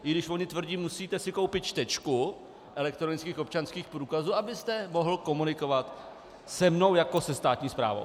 I když oni tvrdí musíte si koupit čtečku elektronických občanských průkazů, abyste mohl komunikovat se mnou jako se státní správou.